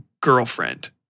girlfriend